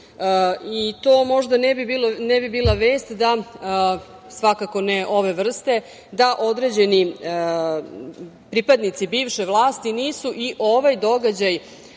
To možda ne bi bila vest, svakako ne ove vrste, da određeni pripadnici bivše vlasti nisu i ovaj događaj